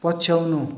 पछ्याउनु